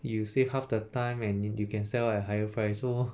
you save half the time and then you can sell at higher price so